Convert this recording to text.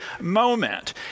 moment